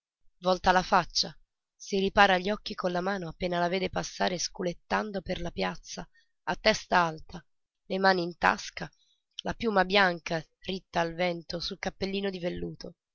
volta la faccia si ripara gli occhi con la mano appena la vede passare sculettando per la piazza a testa alta le mani in tasca la piuma bianca ritta al vento sul cappellino di velluto